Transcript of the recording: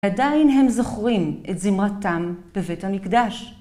עדיין הם זוכרים את זמרתם בבית המקדש.